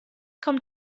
kommt